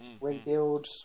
rebuild